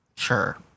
Sure